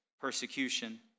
persecution